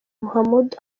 mahmoud